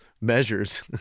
measures